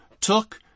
took